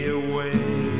away